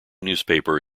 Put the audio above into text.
newspaper